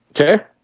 Okay